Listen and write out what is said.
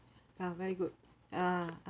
ah very good ah